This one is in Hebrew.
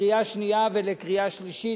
בקריאה שנייה ובקריאה שלישית.